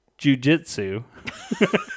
jujitsu